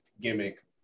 gimmick